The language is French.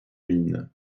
mines